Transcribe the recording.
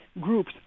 groups